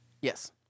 Yes